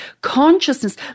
consciousness